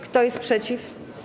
Kto jest przeciw?